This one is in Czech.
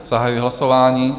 Zahajuji hlasování.